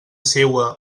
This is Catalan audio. seua